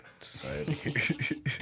Society